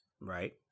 Right